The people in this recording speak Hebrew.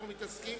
אנחנו מתעסקים